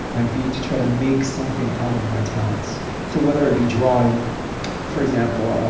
and b to try to make something out of my talents. so whether it be drawing for example,